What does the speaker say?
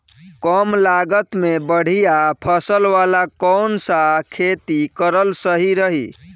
कमलागत मे बढ़िया फसल वाला कौन सा खेती करल सही रही?